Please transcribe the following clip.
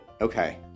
Okay